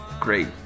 great